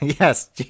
yes